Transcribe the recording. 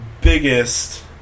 biggest